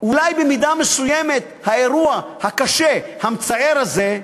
אולי במידה מסוימת האירוע הקשה, המצער הזה,